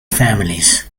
families